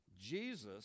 Jesus